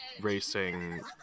racing